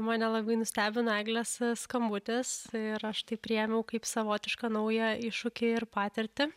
mane labai nustebino eglės skambutis ir aš tai priėmiau kaip savotišką naują iššūkį ir patirtį